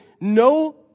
no